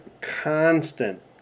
constant